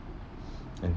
and